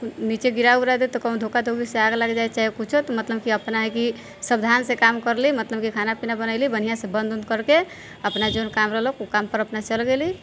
नीचे गिरा उरा दै तऽ कहीँ धोखा धोखी से आग लागि जायत चाहे किछु मतलब कि अपना हइ कि सवधान से काम करली मतलब की खाना पीना बनेली बढ़िआँ से बंद उंद करके अपना जे काम रहलै ओ काम पर अपना चलि गेली